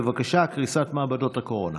בבקשה: קריסת מעבדות הקורונה.